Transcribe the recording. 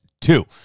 two